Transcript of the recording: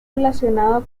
relacionado